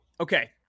okay